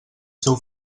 seu